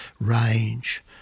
range